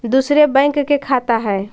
दुसरे बैंक के खाता हैं?